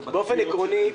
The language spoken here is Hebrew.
באופן עקרוני,